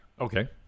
Okay